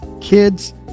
kids